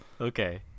Okay